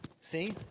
See